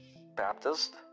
Baptist